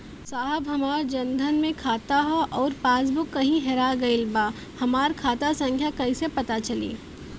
साहब हमार जन धन मे खाता ह अउर पास बुक कहीं हेरा गईल बा हमार खाता संख्या कईसे पता चली?